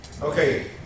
Okay